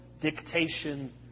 dictation